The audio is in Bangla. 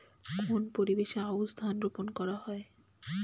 কোন পরিবেশে আউশ ধান রোপন করা হয়?